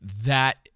that-